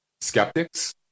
skeptics